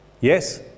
Yes